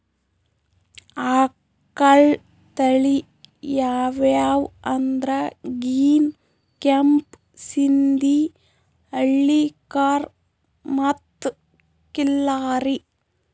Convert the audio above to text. ಆಕಳ್ ತಳಿ ಯಾವ್ಯಾವ್ ಅಂದ್ರ ಗೀರ್, ಕೆಂಪ್ ಸಿಂಧಿ, ಹಳ್ಳಿಕಾರ್ ಮತ್ತ್ ಖಿಲ್ಲಾರಿ